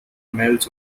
males